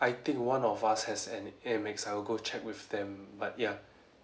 I think one of us has an AMEX I will go check with them but ya